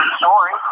sorry